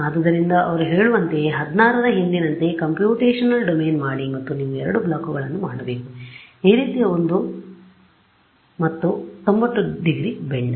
ಆದ್ದರಿಂದ ಅವರು ಹೇಳುವಂತೆಯೇ 16 ರ ಹಿಂದಿನಂತೆ ಕಂಪ್ಯೂಟೇಶನಲ್ ಡೊಮೇನ್ ಮಾಡಿ ಮತ್ತು ನೀವು ಎರಡು ಬ್ಲಾಕ್ಗಳನ್ನು ಮಾಡಬೇಕು ಈ ರೀತಿಯ ಒಂದು ಮತ್ತು 90 ಡಿಗ್ರಿ ಬೆಂಡ್